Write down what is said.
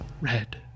red